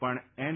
પણ એન